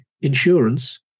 insurance